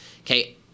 Okay